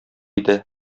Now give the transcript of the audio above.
иде